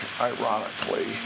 ironically